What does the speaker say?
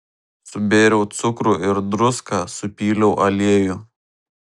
subėriau cukrų ir druską supyliau aliejų